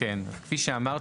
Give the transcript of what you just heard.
כפי שאמרתי,